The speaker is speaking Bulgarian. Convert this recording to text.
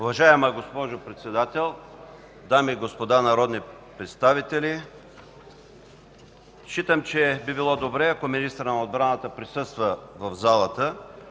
Уважаема госпожо Председател, дами и господа народни представители! Считам, че би било добре ако министърът на отбраната присъства в залата,